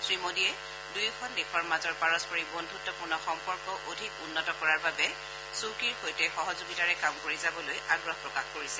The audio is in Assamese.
শ্ৰীমোডীয়ে দুয়োখন দেশৰ মাজত পাৰস্পৰিক বদ্ধতপূৰ্ণ সম্পৰ্ক অধিক উন্নত কৰাৰ বাবে তেওঁ চ্যু কিৰ সৈতে সহযোগিতাৰে কাম কৰি যাবলৈ আগ্ৰহ প্ৰকাশ কৰিছে